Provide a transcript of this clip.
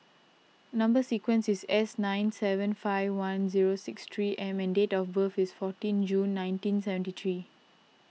Number Sequence is S nine seven five one zero six three M and date of birth is fourteen June nineteen seventy three